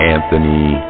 Anthony